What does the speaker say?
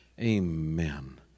Amen